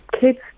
kids